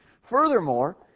furthermore